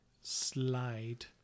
slide